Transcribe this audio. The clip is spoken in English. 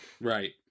Right